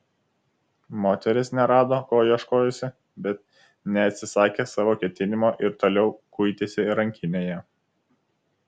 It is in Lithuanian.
moteris nerado ko ieškojusi bet neatsisakė savo ketinimo ir toliau kuitėsi rankinėje